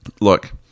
Look